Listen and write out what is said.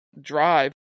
drive